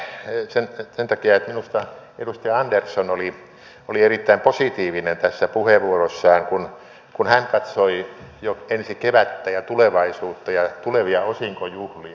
alun perin pyysin puheenvuoron sen takia että minusta edustaja andersson oli erittäin positiivinen tässä puheenvuorossaan kun hän katsoi jo ensi kevättä ja tulevaisuutta ja tulevia osinkojuhlia